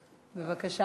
בבקשה.